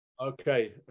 Okay